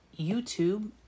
YouTube